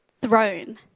throne